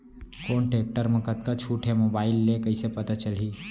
कोन टेकटर म कतका छूट हे, मोबाईल ले कइसे पता चलही?